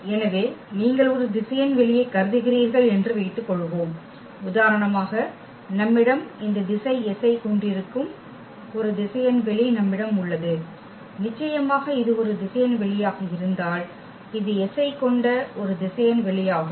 எனவே நீங்கள் ஒரு திசையன் வெளியை கருதுகிறீர்கள் என்று வைத்துக்கொள்வோம் உதாரணமாக நம்மிடம் இந்த திசை S ஐக் கொண்டிருக்கும் ஒரு திசையன் வெளி நம்மிடம் உள்ளது நிச்சயமாக இது ஒரு திசையன் வெளியாக இருந்தால் இது S ஐக் கொண்ட ஒரு திசையன் வெளியாகும்